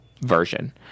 version